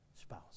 spouse